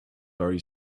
very